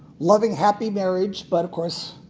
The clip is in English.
loving, happy marriage. but, of course,